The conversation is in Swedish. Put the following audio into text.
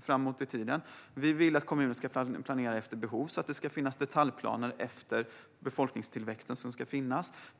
framåt i tiden. Vi vill att kommuner ska planera efter behov så att det ska finnas detaljplaner efter den befolkningstillväxt som ska finnas.